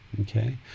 Okay